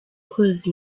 koza